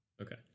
Okay